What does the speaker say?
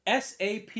SAP